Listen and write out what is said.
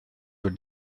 were